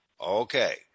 Okay